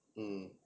mm